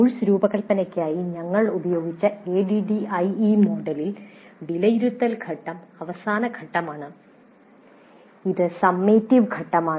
course രൂപകൽപ്പനയ്ക്കായി ഞങ്ങൾ ഉപയോഗിച്ച ADDIE മോഡലിൽ വിലയിരുത്തൽ ഘട്ടം അവസാന ഘട്ടമാണ് ഇത് സമ്മേറ്റിവ് ഘട്ടമാണ്